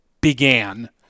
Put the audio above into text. began